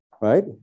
Right